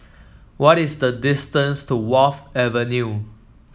what is the distance to Wharf Avenue